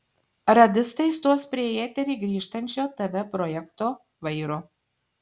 radistai stos prie į eterį grįžtančio tv projekto vairo